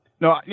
No